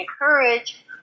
encourage